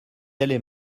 aller